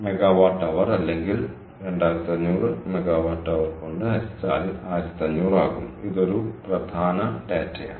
6 MWH അല്ലെങ്കിൽ 2500 MWH കൊണ്ട് ഹരിച്ചാൽ 1500 ആകും ഇത് ഒരു പ്രധാന ഡാറ്റയാണ്